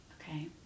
Okay